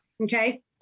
Okay